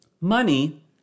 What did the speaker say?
Money